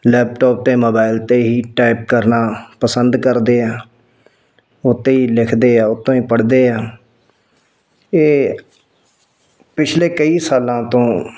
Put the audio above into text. laptop ਅਤੇ mobile 'ਤੇ ਹੀ ਟਾਈਪ ਕਰਨਾ ਪਸੰਦ ਕਰਦੇ ਆ ਉਹ 'ਤੇ ਹੀ ਲਿਖਦੇ ਆ ਉਹ ਤੋਂ ਹੀ ਪੜ੍ਹਦੇ ਆ ਇਹ ਪਿਛਲੇ ਕਈ ਸਾਲਾਂ ਤੋਂ